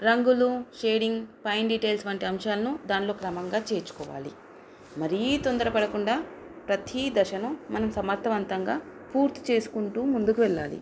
రంగులు షేడింగ్ పైన డీటెల్స్ వంటి అంశాలను దానిలో క్రమంగా చేర్చుకోవాలి మరీ తొందర పడకుండా ప్రతీ దశను మనం సమర్థవంతంగా పూర్తి చేసుకుంటూ ముందుకు వెళ్ళాలి